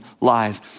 lies